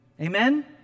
Amen